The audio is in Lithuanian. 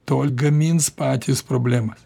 tol gamins patys problemas